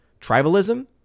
tribalism